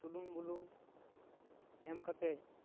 ᱥᱩᱱᱩᱢ ᱵᱩᱞᱩᱝ ᱮᱢ ᱠᱟᱛᱮ